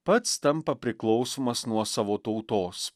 pats tampa priklausomas nuo savo tautos